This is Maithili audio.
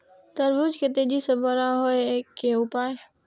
तरबूज के तेजी से बड़ा होय के उपाय?